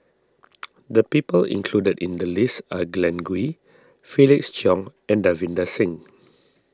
the people included in the list are Glen Goei Felix Cheong and Davinder Singh